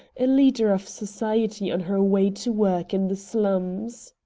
a leader of society on her way to work in the slums.